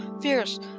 fierce